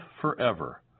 forever